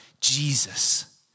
Jesus